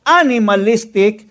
animalistic